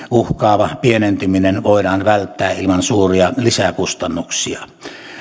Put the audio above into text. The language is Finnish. uhkaava pienentyminen voidaan välttää ilman suuria lisäkustannuksia